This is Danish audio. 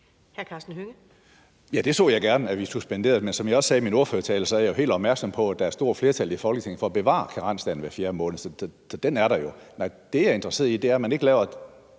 det så jeg gerne, altså at vi suspenderede den, men som jeg også sagde i min ordførertale, er jeg jo helt opmærksom på, at der er et stort flertal i Folketinget for at bevare karensdagen hver fjerde måned, så sådan er det jo. Men det, jeg er interesseret i at sørge for, er, at man ikke laver den